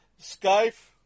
Skype